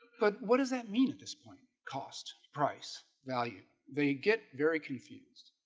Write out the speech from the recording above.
but what does that mean at this point cost price value? they get very confused